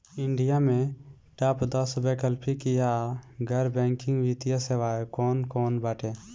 India में top दस वैकल्पिक या गैर बैंकिंग वित्तीय सेवाएं कौन कोन बाटे?